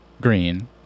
green